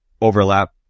overlap